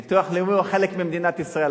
ביטוח לאומי הוא חלק ממדינת ישראל,